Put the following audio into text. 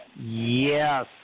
Yes